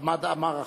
חמד עמאר אחריו.